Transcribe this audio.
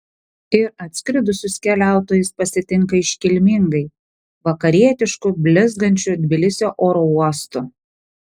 ir atskridusius keliautojus pasitinka iškilmingai vakarietišku blizgančiu tbilisio oro uostu